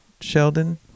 Sheldon